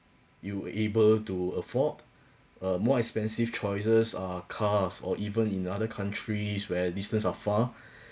you able to afford a more expensive choices are cars or even in other countries where distance are far